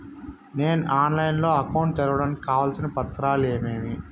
నేను ఆన్లైన్ లో అకౌంట్ తెరవడానికి కావాల్సిన పత్రాలు ఏమేమి?